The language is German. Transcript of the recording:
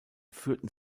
führten